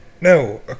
No